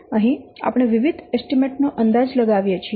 અહીં આપણે વિવિધ એસ્ટીમેટ નો અંદાજ લગાવીએ છીએ